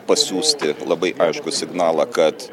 pasiųsti labai aiškų signalą kad